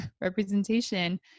representation